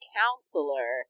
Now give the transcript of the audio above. counselor